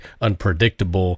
unpredictable